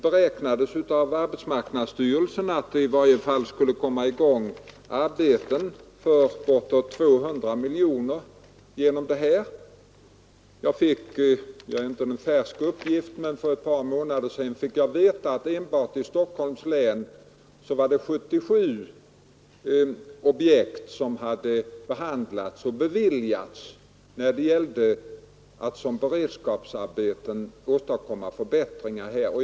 Enligt arbetsmarknadsstyrelsens beräkningar skulle därigenom arbeten för bortåt 200 miljoner komma i gång. För ett par månader sedan fick jag veta att enbart i Stockholms län hade 77 sådana saneringsobjekt behandlats och beviljats som beredskapsarbeten.